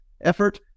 effort